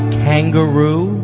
kangaroo